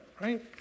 right